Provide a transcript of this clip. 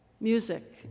Music